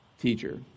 teacher